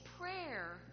prayer